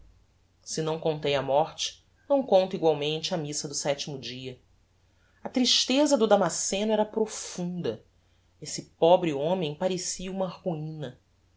se não contei a morte não conto igualmente a missa do setimo dia a tristeza do damasceno era profunda esse pobre homem parecia uma ruina